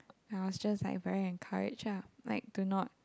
I was just like very encouraged ah like do not